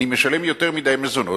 אני משלם יותר מדי מזונות,